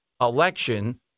election